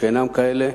ולשאינם כאלה.